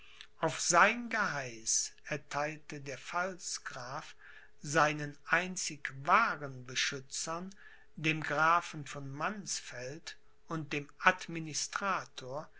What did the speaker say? auf sein geheiß ertheilte der pfalzgraf seinen einzigen wahren beschützern dem grafen von mannsfeld und dem